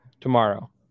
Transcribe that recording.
Tomorrow